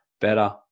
better